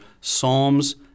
psalms